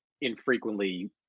infrequently